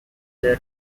their